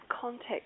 context